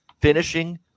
Finishing